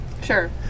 Sure